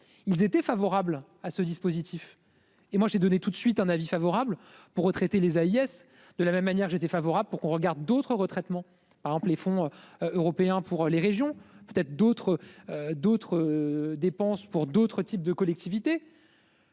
Ils étaient favorables à ce dispositif. Et moi j'ai donné tout de suite un avis favorable pour traiter les AIS, de la même manière, j'étais favorable pour qu'on regarde d'autres retraitement par exemple les fonds européens pour les régions peut-être d'autres d'autres dépenses pour d'autres types de collectivités.